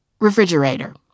refrigerator